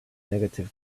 negative